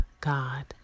God